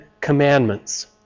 Commandments